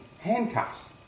handcuffs